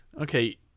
Okay